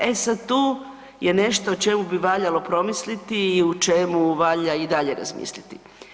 E sad tu je nešto o čemu bi valjalo promisliti i o čemu valja i dalje razmisliti.